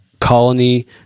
colony